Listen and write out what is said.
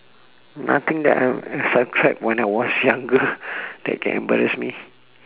nothing that I I subscribe when I was younger that can embarrass me